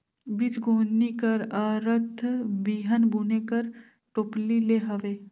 बीजगोनी कर अरथ बीहन बुने कर टोपली ले हवे